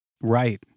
Right